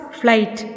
flight